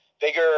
bigger